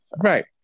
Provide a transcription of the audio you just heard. Right